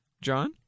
John